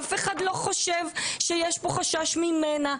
אף אחד לא חושב שיש פה חשש ממנה,